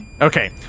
Okay